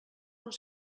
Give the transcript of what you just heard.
uns